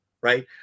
right